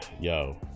yo